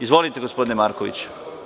Izvolite, gospodine Markoviću.